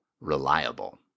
reliable